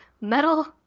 Metal